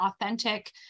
authentic